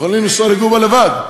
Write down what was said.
אנחנו יכולים לנסוע לקובה לבד,